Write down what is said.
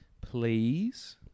please